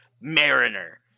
Mariner